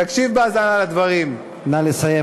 תקשיב בהאזנה לדברים רק נא לסיים,